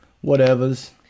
Whatever's